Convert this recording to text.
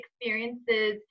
experiences